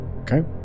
Okay